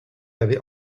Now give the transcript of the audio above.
avait